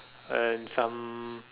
and some